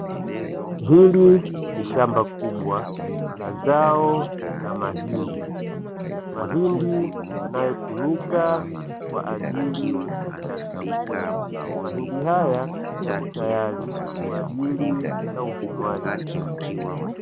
Hili ni shamba kubwa la zao la mahindi, mahindi yanayotumika kwa ajili ya chakula, mahindi haya yapo tayari kwa ajili ya uvunwaji.